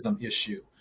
issue